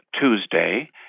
Tuesday